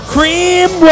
Cream